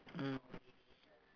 mm